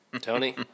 Tony